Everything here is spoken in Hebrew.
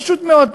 פשוט מאוד,